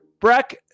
Breck